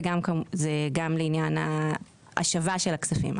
זה גם לעניין ההשבה של הכספים.